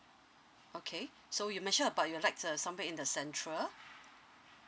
okay so you mentioned about you like uh somewhere in the central